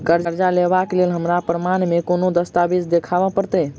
करजा लेबाक लेल हमरा प्रमाण मेँ कोन दस्तावेज देखाबऽ पड़तै?